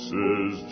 Says